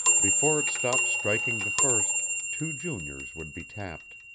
before it stopped striking the first two juniors would be tapped.